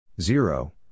Zero